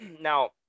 now